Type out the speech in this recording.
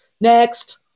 next